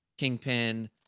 kingpin